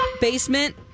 basement